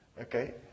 Okay